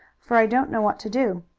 for i don't know what to do.